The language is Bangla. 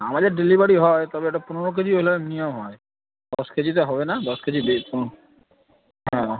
আমাদের ডেলিভারি হয় তবে এটা পনেরো কেজি হলে নিয়ম হয় দশ কে জিতে হবে না দশ কেজি বে হ্যাঁ